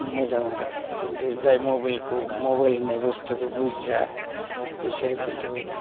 मोजां आरो खिन्थु जाय मबेलखौ मबेल होननाय बुस्थुखौ बुजिया बिसोर खिन्थु